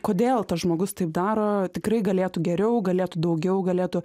kodėl tas žmogus taip daro tikrai galėtų geriau galėtų daugiau galėtų